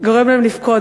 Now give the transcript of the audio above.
גורם להן לבכות.